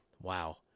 Wow